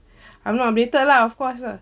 I'm not updated lah of course lah